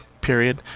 period